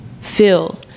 feel